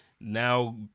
now